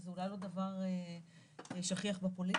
וזה אולי לא דבר שכיח בפוליטיקה,